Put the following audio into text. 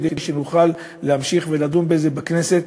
כדי שנוכל להמשיך ולדון בזה בכנסת,